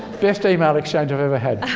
best email exchange i've ever had.